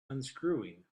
unscrewing